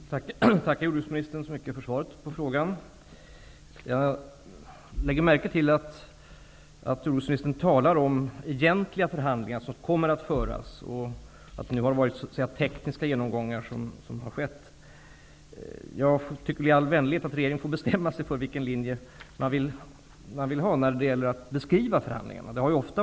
Herr talman! Jag tackar jordbruksministern för svaret på min fråga. Jag lade märke till att jordbruksministern talade om att ''egentliga förhandlingar'' kommer att föras och att ''tekniska genomgångar'' har skett. Jag tycker i all vänlighet att regeringen borde bestämma sig för vilken linje den vill följa när det gäller att beskriva förhandlingarna.